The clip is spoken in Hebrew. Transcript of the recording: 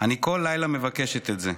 אני כל לילה מבקשת את זה.